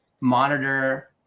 monitor